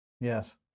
Yes